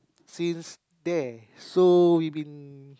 since there so we been